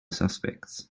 suspects